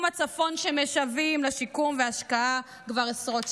הצפון שמשווע לשיקום והשקעה כבר עשרות שנים?